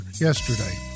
yesterday